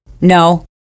no